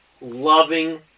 loving